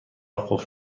قفل